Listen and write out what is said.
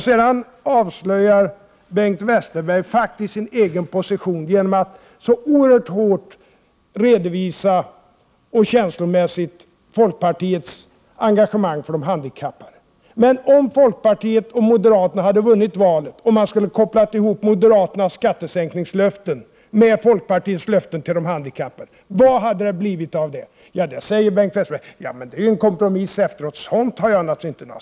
Sedan avslöjar Bengt Westerberg faktiskt sin egen position genom att så oerhört känslomässigt redovisa folkpartiets engagemang för de handikappade. Men om folkpartiet och moderaterna hade vunnit valet och man skulle ha kopplat ihop moderaternas skattesänkningslöften med folkpartiets löften till de handikappade, vad hade det blivit av dem? Bengt Westerberg säger: Det hade blivit en kompromiss efteråt, och sådant har jag inga synpunkter på.